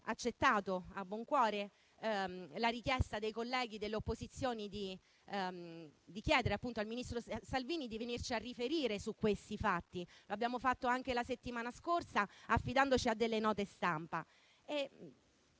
accettato a buon cuore la richiesta dei colleghi delle opposizioni di chiedere al ministro Salvini di venire a riferire su questi fatti, come abbiamo fatto anche la settimana scorsa affidandoci a delle note stampa.